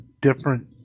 different